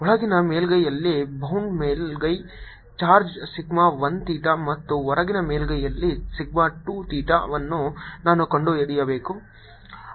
ಒಳಗಿನ ಮೇಲ್ಮೈಯಲ್ಲಿ ಬೌಂಡ್ ಮೇಲ್ಮೈ ಚಾರ್ಜ್ ಸಿಗ್ಮಾ 1 ಥೀಟಾ ಮತ್ತು ಹೊರಗಿನ ಮೇಲ್ಮೈಯಲ್ಲಿ ಸಿಗ್ಮಾ 2 ಥೀಟಾವನ್ನು ನಾನು ಕಂಡುಹಿಡಿಯಬೇಕು